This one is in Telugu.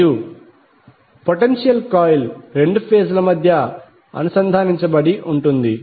మరియు పొటెన్షియల్ కాయిల్ రెండు ఫేజ్ ల మధ్య అనుసంధానించబడి ఉంది